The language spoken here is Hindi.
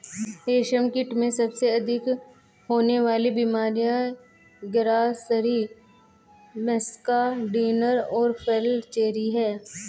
रेशमकीट में सबसे अधिक होने वाली बीमारियां ग्रासरी, मस्कार्डिन और फ्लैचेरी हैं